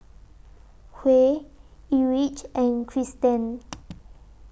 Huey Erich and Cristen